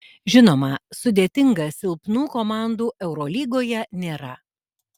žinoma sudėtinga silpnų komandų eurolygoje nėra